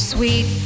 Sweet